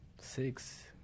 Six